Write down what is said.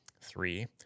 Three